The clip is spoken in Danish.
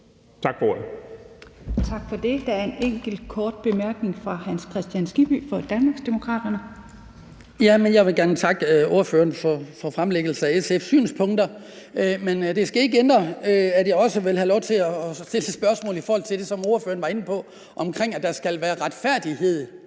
Tak for det. Der er et ønske om en kort bemærkning fra hr. Hans Kristian Skibby fra Danmarksdemokraterne. Kl. 10:30 Hans Kristian Skibby (DD): Jeg vil gerne takke ordføreren for fremlæggelsen af SF's synspunkter, men det skal ikke ændre på, at jeg også vil have lov til at stille et spørgsmål om det, ordføreren var inde på, om, at der skal være retfærdighed